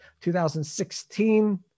2016